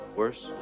worse